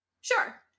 sure